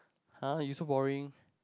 !huh! you so boring